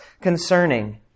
concerning